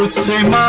but same